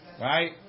right